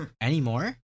anymore